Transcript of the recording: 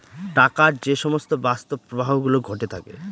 টাকার যে সমস্ত বাস্তব প্রবাহ গুলো ঘটে থাকে